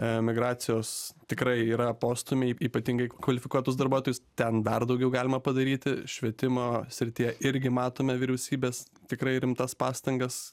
emigracijos tikrai yra postūmiai ypatingai kvalifikuotus darbuotojus ten dar daugiau galima padaryti švietimo srityje irgi matome vyriausybės tikrai rimtas pastangas